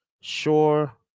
sure